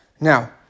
Now